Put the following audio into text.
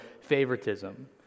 favoritism